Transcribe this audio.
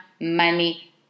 money